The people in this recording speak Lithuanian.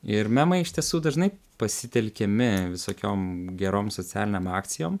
ir memai iš tiesų dažnai pasitelkiami visokiom gerom socialinėm akcijom